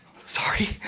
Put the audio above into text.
Sorry